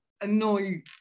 annoy